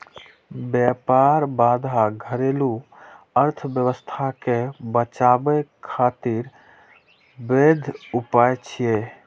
व्यापार बाधा घरेलू अर्थव्यवस्था कें बचाबै खातिर वैध उपाय छियै